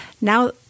Now